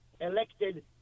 elected